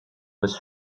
was